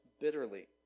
bitterly